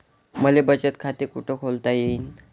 मले बचत खाते कुठ खोलता येईन?